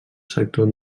sector